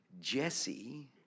Jesse